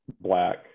black